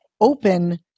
open